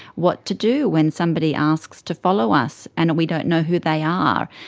what to do when somebody asks to follow us and we don't know who they are.